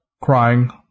crying